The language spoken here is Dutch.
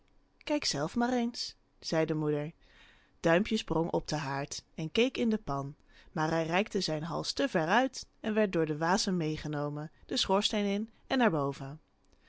kijk zelf maar eens zei de moeder duimpje sprong op den haard en keek in de pan maar hij rekte zijn hals te ver uit en werd door den wasem meegenomen den schoorsteen in en naar boven